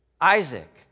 Isaac